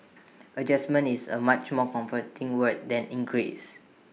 adjustment is A much more comforting word than increase